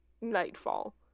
nightfall